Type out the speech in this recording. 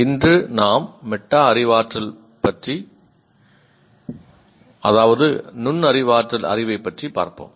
இன்று நாம் மெட்டா அறிவாற்றல் அறிவைப் பற்றி அதாவது நுண்ணறிவாற்றல் அறிவைப் பற்றி பார்ப்போம்